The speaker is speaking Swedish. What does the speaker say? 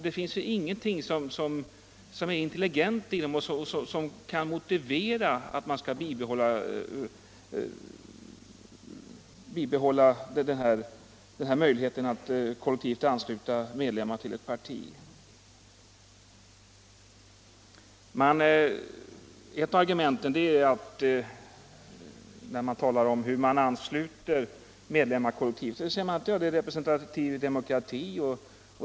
Det finns ingenting som är intelligent i dem och som kan motivera att man bibehåller möjligheten att kollektivt ansluta medlemmar till ett parti. När det talas om hur man ansluter medlemmar kollektivt är ett av argumenten för detta att det är representativ demokrati.